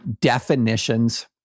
definitions